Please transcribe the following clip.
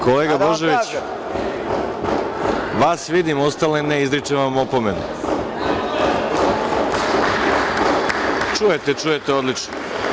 Kolega Božoviću, vas vidim, ostale ne, izričem vam opomenu. [[Balša Božović: Ne čujem vas.]] Čujete, čujete odlično.